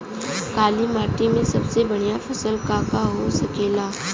काली माटी में सबसे बढ़िया फसल का का हो सकेला?